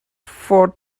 four